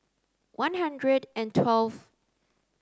one hundred and twelfth